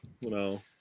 No